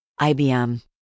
IBM